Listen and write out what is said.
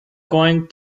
going